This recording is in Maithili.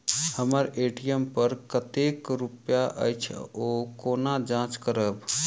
हम्मर ए.टी.एम पर कतेक रुपया अछि, ओ कोना जाँच करबै?